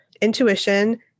intuition